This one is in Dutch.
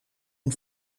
een